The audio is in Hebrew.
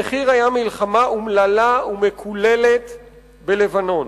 המחיר היה מלחמה אומללה ומקוללת בלבנון".